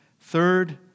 Third